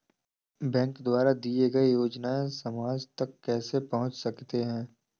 Bank द्वारा दिए गए योजनाएँ समाज तक कैसे पहुँच सकते हैं?